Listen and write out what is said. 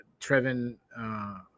Trevin –